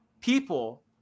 people